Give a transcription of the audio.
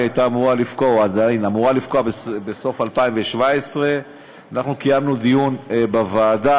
והיא אמורה לפקוע בסוף 2017. אנחנו קיימנו דיון בוועדה,